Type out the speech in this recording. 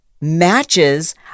matches